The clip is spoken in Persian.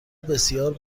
بسیار